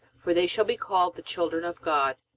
for they shall be called the children of god.